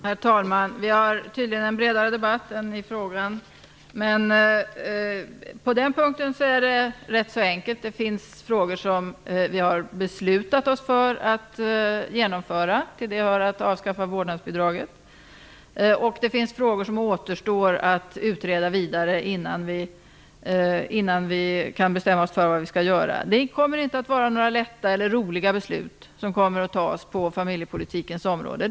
Herr talman! Vi för tydligen en bredare debatt än vad frågan omfattade. Det är egentligen rätt så enkelt. Det finns saker som vi har beslutat oss för att genomföra. Till dessa hör att avskaffa vårdnadsbidraget. Sedan finns det frågor som återstår att utreda vidare innan vi kan bestämma oss för hur vi skall göra. Det kommer inte att vara lätta eller roliga beslut som skall fattas på familjepolitikens område.